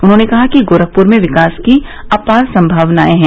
उन्होंने कहा कि गोरखपुर में विकास की अपार सम्भावनायें हैं